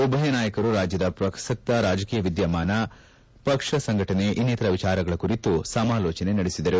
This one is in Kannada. ಉಭಯ ನಾಯಕರು ಪ್ರಸ್ತಕ ರಾಜಕೀಯ ವಿದ್ಯಮಾನ ಪಕ್ಷದ ಸಂಘಟನೆ ಇನ್ನಿತರ ವಿಚಾರಗಳ ಕುರಿತು ಸಮಾಲೋಚನೆ ನಡೆಸಿದರು